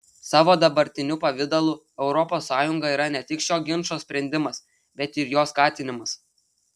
savo dabartiniu pavidalu europos sąjunga yra ne tik šio ginčo sprendimas bet ir jo skatinimas